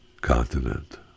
continent